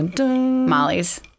Molly's